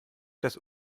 das